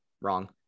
wrong